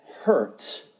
hurts